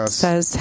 says